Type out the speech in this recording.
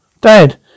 Dad